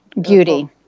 beauty